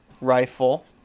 Rifle